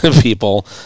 people